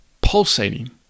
pulsating